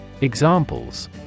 Examples